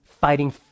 fighting